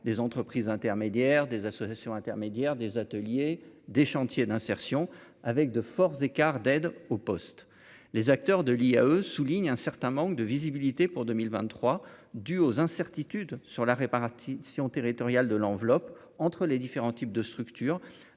des entreprises intermédiaires des associations intermédiaires, des ateliers, des chantiers d'insertion avec de force d'écart d'aide au poste, les acteurs de l'IAE souligne un certain manque de visibilité pour 2023 due aux incertitudes sur la répartition territoriale de l'enveloppe entre les différents types de structures